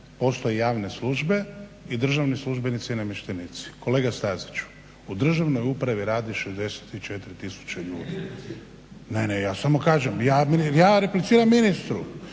Postoje javne službe i državni službenici i namještenici. Kolega Staziću, u državnoj upravi radi 64 tisuće ljudi. Ne, ne ja samo kažem ja repliciram ministru,